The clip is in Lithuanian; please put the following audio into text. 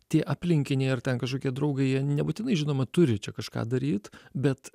tie aplinkiniai ar ten kažkokie draugai jie nebūtinai žinoma turi čia kažką daryt bet